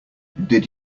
did